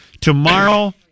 Tomorrow